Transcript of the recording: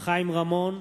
חיים רמון,